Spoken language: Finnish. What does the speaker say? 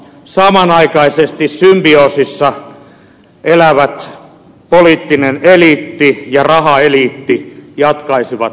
samanaikaisesti symbioosissa elävät poliittinen eliitti ja rahaeliitti jatkaisivat vain geimejään